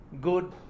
good